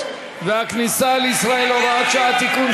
והכניסה לישראל (הוראת שעה) (תיקון,